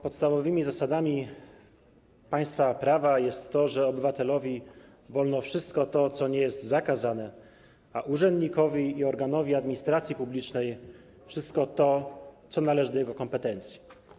Podstawowe zasady państwa prawa są takie, że obywatelowi wolno wszystko to, co nie jest zakazane, a urzędnikowi i organowi administracji publicznej wszystko to, co należy do jego kompetencji.